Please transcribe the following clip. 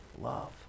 love